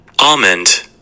Almond